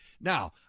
Now